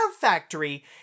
Factory